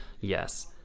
Yes